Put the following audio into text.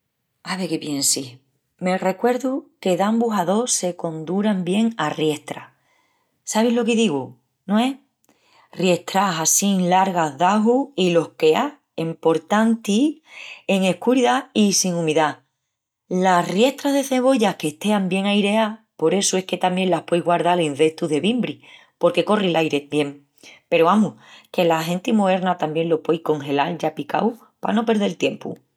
Ave que piensi, me recuerdu que dambus a dos se conduran bien en riestras. Sabis lo que digu, no es? Riestrás assin largas d'ajus i los queas, emportanti, en escuridá i sin umidá. Las riestras de cebollas qu'estean bien aireás, por essu es que tamién las pueis guardal en cestus de bimbri porque corri l'airi bien. Peru, amus, que la genti moerna tamién lo puei encongelal ya picau pa no perdel tiempu.